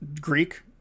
Greek